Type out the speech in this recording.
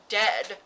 dead